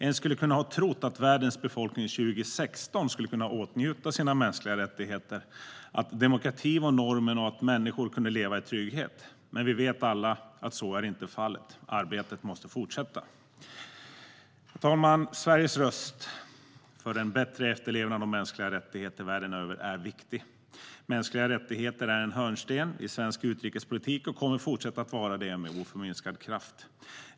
En skulle kunna ha trott att världens befolkning 2016 skulle åtnjuta sina mänskliga rättigheter, att demokrati var normen och att människor kunde leva i trygghet. Men vi vet alla att så inte är fallet. Arbetet måste fortsätta. Herr talman! Sveriges röst för en bättre efterlevnad av mänskliga rättigheter världen över är viktig. Mänskliga rättigheter är en hörnsten i svensk utrikespolitik och kommer att fortsätta att vara det med oförminskad kraft.